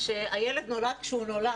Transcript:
שהילד נולד כשהוא נולד,